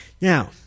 now